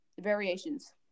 variations